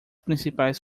principais